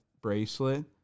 bracelet